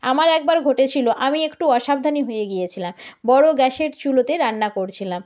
আমার একবার ঘটেছিল আমি একটু অসাবধানি হয়ে গিয়েছিলাম বড় গ্যাসের চুলোতে রান্না করছিলাম